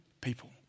people